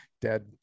dead